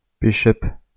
bishop